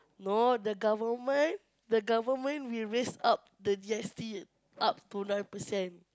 no the government the government will raise up the G_S_T up to nine percent